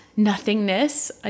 nothingness